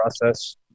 process